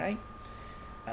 right uh